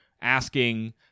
asking